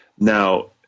now